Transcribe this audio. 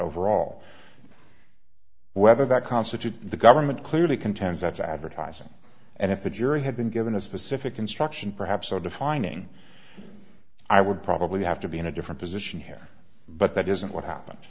overall whether that constitute the government clearly contends that's advertising and if the jury had been given a specific instruction perhaps so defining i would probably have to be in a different position here but that isn't what happened